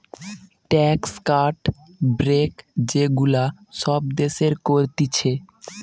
tax cut, break যে গুলা সব দেশের করতিছে